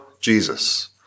Jesus